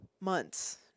months